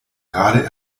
gerade